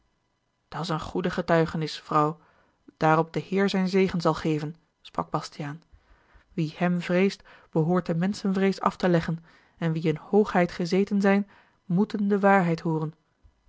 zien dat's een goed getuigenis vrouw daarop de heer zijn zegen zal geven sprak bastiaan wie hem vreest behoort de menschenvrees af te leggen en wie in hoogheid gezeten zijn moeten de waarheid hooren